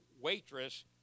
waitress